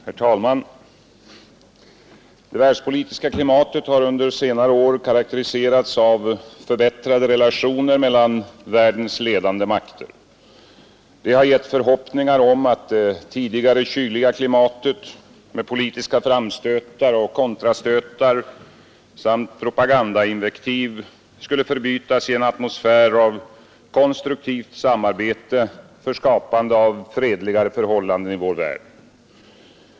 Herr talman! Det världspolitiska klimatet har under senare år karakteriserats av förbättrade relationer mellan världens ledande makter. Detta har gett förhoppningar om att det tidigare kyliga klimatet med politiska framstötar och kontrastötar samt propagandainvektiv skulle förbytas i en atmosfär av konstruktivt samarbete för skapande av fredligare förhållanden i vår värld.